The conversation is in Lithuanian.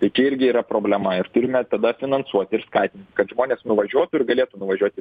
tai čia irgi yra problema ir turime tada finansuoti ir skatinti kad žmonės nuvažiuotų ir galėtų nuvažiuoti